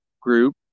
group